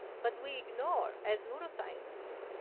but we ignore, as neuroscientists,